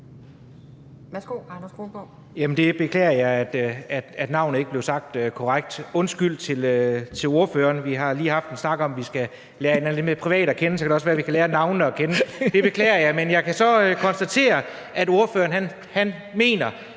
jeg beklager, at navnet ikke blev sagt korrekt. Undskyld til ordføreren. Vi har lige haft en snak om, at vi skal lære hinanden lidt mere at kende privat, og så kan det være, at vi også kan lære at kende navnene. Jeg beklager. Men jeg kan så konstatere, at ordføreren mener,